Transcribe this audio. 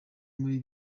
muri